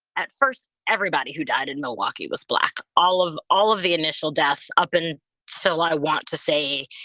at first everybody who died in milwaukee was black. all of all of the initial deaths up. and so i want to say